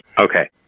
Okay